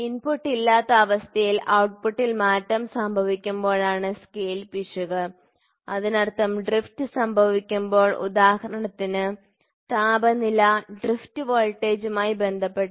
input ഇല്ലാത്ത അവസ്ഥയിൽ ഔട്ട്പുട്ടിൽ മാറ്റം സംഭവിക്കുമ്പോഴാണ് സ്കെയിൽ പിശക് അതിനർത്ഥം ഡ്രിഫ്റ്റ് സംഭവിക്കുമ്പോൾ ഉദാഹരണത്തിന് താപനില ഡ്രിഫ്റ്റ് വോൾട്ടേജുമായി ബന്ധപ്പെട്ട്